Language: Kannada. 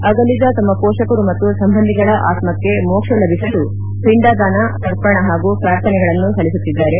ಅಗಲಿದ ಪೋಷಕರು ಮತ್ತು ಸಂಬಂಧಿಗಳ ಆತ್ವಕ್ಷ ಮೋಕ್ಷ ಲಭಿಸಲು ಪಿಂಡದಾನ ತರ್ಪಣ ಹಾಗೂ ಪ್ರಾರ್ಥನೆಗಳನ್ನು ಸಲ್ಲಿಸುತ್ತಿದ್ದಾರೆ